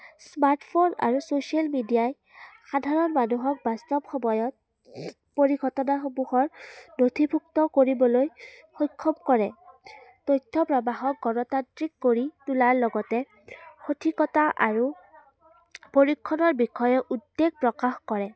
smartphone আৰু social মিডিয়াই সাধাৰণ মানুহক বাস্তৱ সময়ত পৰিঘটনাসমূহৰ নথিভুক্ত কৰিবলৈ সক্ষম কৰে তথ্য প্ৰৱাহক গণতান্ত্ৰিক কৰি তোলাৰ লগতে সঠিকতা আৰু পৰিক্ষণৰ বিষয়ে উদ্বেগ প্ৰকাশ কৰে